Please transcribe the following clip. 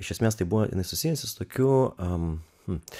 iš esmės tai buvo jinai susijusi su tokių a